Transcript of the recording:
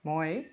মই